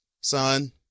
Son